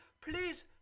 please